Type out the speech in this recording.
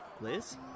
Liz